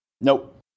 Nope